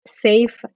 safe